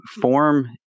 form